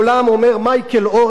שגריר ישראל בארצות-הברית,